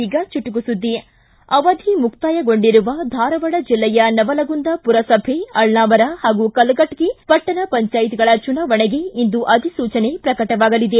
ಈಗ ಚುಟುಕು ಸುದ್ದಿ ಅವಧಿ ಮುಕ್ತಾಯಗೊಂಡಿರುವ ಧಾರವಾಡ ಜಿಲ್ಲೆಯ ನವಲಗುಂದ ಪುರಸಭೆ ಅಳ್ನಾವರ ಹಾಗೂ ಕಲಘಟಗಿ ಪಟ್ಟಣ ಪಂಚಾಯತಗಳ ಚುನಾವಣೆಗೆ ಇಂದು ಅಧಿಸೂಚನೆ ಪ್ರಕಟವಾಗಲಿದೆ